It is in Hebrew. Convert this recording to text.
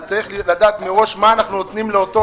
צריך לדעת מראש מה אנחנו נותנים לאותו